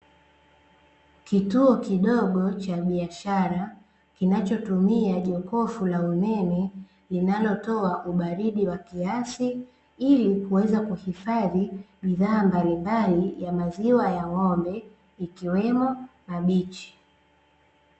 Kituo kidogo cha biashara, kinachotumia jokofu la umeme, linalotoa ubaridi wa kiasi ili kuweza kuhifadhi bidhaa mbalimbali ya maziwa ya ng'ombe, ikiwemo; mabichi.